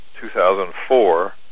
2004